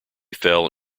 fell